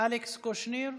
אלכס קושניר,